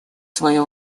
свое